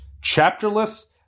chapter-less